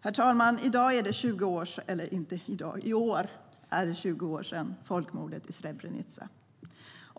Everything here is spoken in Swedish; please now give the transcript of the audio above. Herr talman! I år är det 20 år sedan folkmordet i Srebrenica.